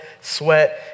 sweat